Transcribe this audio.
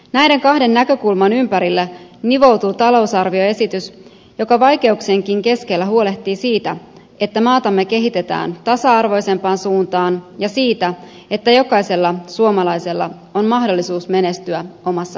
näiden kahden näkökulman ympärille nivoutuu talousarvioesitys joka vaikeuksienkin keskellä huolehtii siitä että maatamme kehitetään tasa arvoisempaan suuntaan ja siitä että jokaisella suomalaisella on mahdollisuus menestyä omassa elämässään